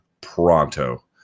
pronto